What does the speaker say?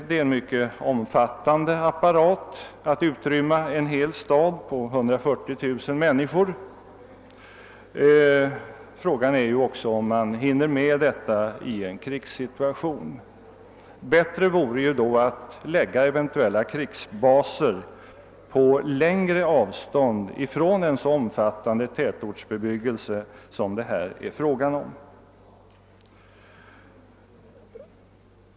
Det är emellertid ett mycket omfattande arbete att utrymma en hel stad på 140 000 människor. Frågan är också om man hinner med detta i en krigssituation. Bättre vore då att lägga eventuella krigsbaser på längre avstånd från en så omfattande tätortsbebyggelse som den det här är fråga om.